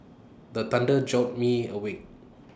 the thunder jolt me awake